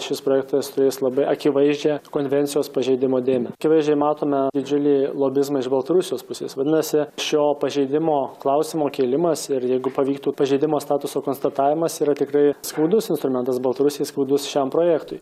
šis projektas turės labai akivaizdžią konvencijos pažeidimo dėmę akivaizdžiai matome didžiulį lobizmą iš baltarusijos pusės vadinasi šio pažeidimo klausimo kėlimas ir jeigu pavyktų pažeidimo statuso konstatavimas yra tikrai skaudus instrumentas baltarusijai skaudus šiam projektui